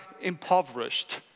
impoverished